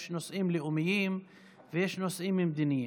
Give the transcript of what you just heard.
יש נושאים לאומיים ויש נושאים מדיניים.